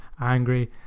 angry